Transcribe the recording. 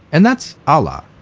and that's ah alaa,